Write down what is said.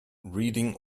reading